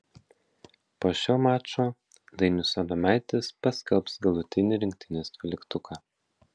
po šio mačo dainius adomaitis paskelbs galutinį rinktinės dvyliktuką